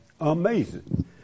amazing